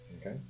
Okay